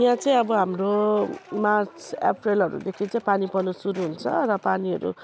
यहाँ चाहिँ अब हाम्रो मार्च अप्रिलहरूदेखि चाहिँ पानी पर्न सुरु हुन्छ र पानीहरू